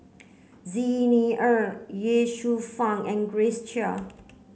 Xi Ni Er Ye Shufang and Grace Chia